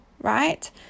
right